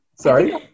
sorry